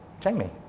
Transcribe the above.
Jamie